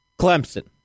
Clemson